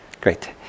Great